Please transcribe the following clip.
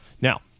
Now